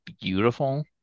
beautiful